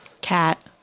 Cat